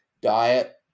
diet